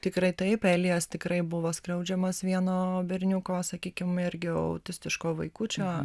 tikrai taip elijas tikrai buvo skriaudžiamas vieno berniuko sakykim irgi autistiško vaikučio